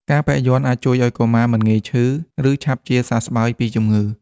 ការពាក់យ័ន្តអាចជួយឱ្យកុមារមិនងាយឈឺ ឬឆាប់ជាសះស្បើយពីជំងឺ។